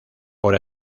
por